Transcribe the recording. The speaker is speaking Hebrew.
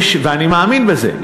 ואני מאמין בזה,